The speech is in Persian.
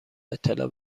اطلاع